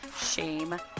shame